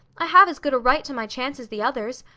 i have as good a right to my chance as the others.